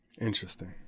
interesting